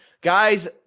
Guys